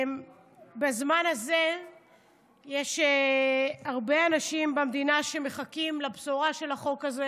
בזמן הזה יש הרבה אנשים במדינה שמחכים לבשורה של החוק הזה